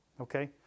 okay